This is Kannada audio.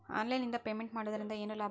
ಆನ್ಲೈನ್ ನಿಂದ ಪೇಮೆಂಟ್ ಮಾಡುವುದರಿಂದ ಏನು ಲಾಭ?